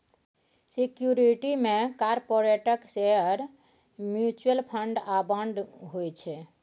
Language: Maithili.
सिक्युरिटी मे कारपोरेटक शेयर, म्युचुअल फंड आ बांड होइ छै